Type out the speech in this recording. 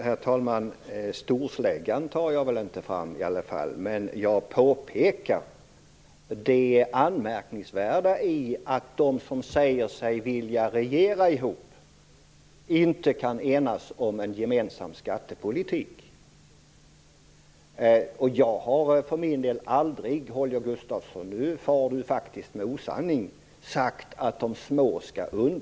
Herr talman! Jag tar väl i alla fall inte till storsläggan, men jag pekar på det anmärkningsvärda i att de som säger sig vilja regera ihop inte kan enas om en gemensam skattepolitik. Jag har för min del aldrig - här far Holger Gustafsson med osanning - talat om underkastelse för de små.